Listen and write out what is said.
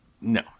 No